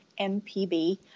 MPB